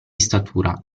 statura